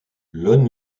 lon